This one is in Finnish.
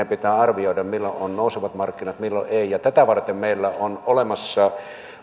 pitää arvioida milloin on nousevat markkinat milloin ei ja tätä varten meillä on olemassa pankeissa